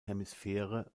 hemisphäre